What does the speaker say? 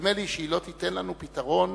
ונדמה לי שהיא לא תיתן לנו פתרון